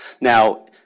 Now